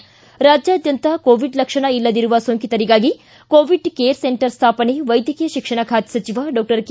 ಿ ರಾಜ್ವಾದ್ಯಂತ ಕೋವಿಡ್ ಲಕ್ಷಣ ಇಲ್ಲದಿರುವ ಸೋಂಕಿತರಿಗಾಗಿ ಕೋವಿಡ್ ಕೇರ್ ಸೆಂಟರ್ ಸ್ವಾಪನೆ ವೈದ್ಯಕೀಯ ಶಿಕ್ಷಣ ಖಾತೆ ಸಚಿವ ಡಾಕ್ಷರ್ ಕೆ